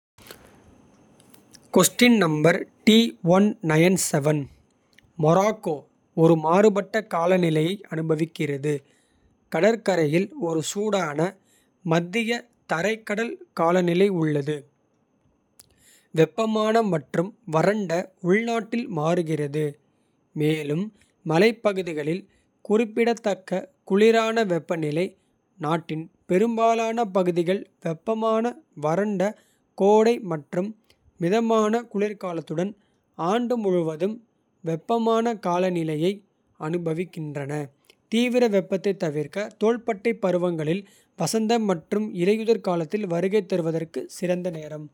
மொராக்கோ ஒரு மாறுபட்ட காலநிலையை அனுபவிக்கிறது. கடற்கரையில் ஒரு சூடான மத்திய தரைக்கடல் காலநிலை உள்ளது. வெப்பமான மற்றும் வறண்ட உள்நாட்டில் மாறுகிறது. மேலும் மலைப்பகுதிகளில் குறிப்பிடத்தக்க குளிரான. வெப்பநிலை நாட்டின் பெரும்பாலான பகுதிகள் வெப்பமான. வறண்ட கோடை மற்றும் மிதமான குளிர்காலத்துடன் ஆண்டு. முழுவதும் வெப்பமான காலநிலையை அனுபவிக்கின்றன. தீவிர வெப்பத்தைத் தவிர்க்க தோள்பட்டை பருவங்களில். வசந்த மற்றும் இலையுதிர்காலத்தில் வருகை தருவதற்கு சிறந்த நேரம்.